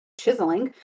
chiseling